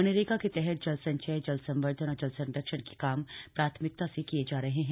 मनरेगा के तहत जल संचय जल संवर्धन और जल संरक्षण के काम प्राथमिकता से किए जा रहे हैं